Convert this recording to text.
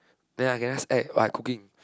then I can just act while cooking